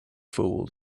fool